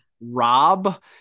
rob